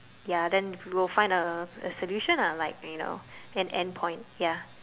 ya then we'll find a a solution ah like you know an end point ya